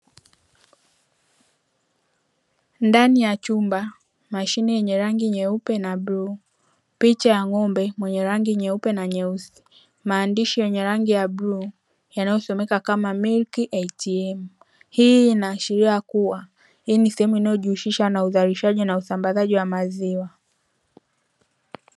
Ndani ya chumba, mashine yenye rangi nyeupe na bluu, picha ya ng'ombe mwenye rangi rangi nyeupe na nyeusi, maandishi yenye rangi ya bluu yanayo someka kama MILK ATM. Hii inaashiria kuwa hii ni sehemu inayojihusisha na uzalishaji na usambazaji wa maziwa.